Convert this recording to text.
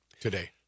today